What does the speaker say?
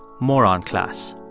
moron class.